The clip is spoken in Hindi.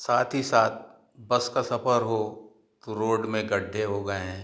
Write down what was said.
साथ ही साथ बस का सफ़र हो तो रोड में गड्ढे हो गए हैं